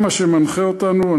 זה מה שמנחה אותנו.